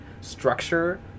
structure